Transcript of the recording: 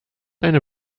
eine